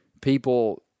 people –